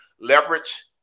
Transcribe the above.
leverage